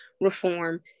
reform